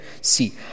see